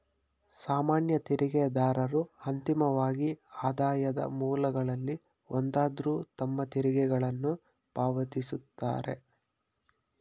ಸಾಮಾನ್ಯ ತೆರಿಗೆದಾರರು ಅಂತಿಮವಾಗಿ ಆದಾಯದ ಮೂಲಗಳಲ್ಲಿ ಒಂದಾದ್ರು ತಮ್ಮ ತೆರಿಗೆಗಳನ್ನ ಪಾವತಿಸುತ್ತಾರೆ